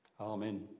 Amen